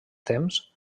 temps